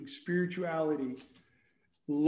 spirituality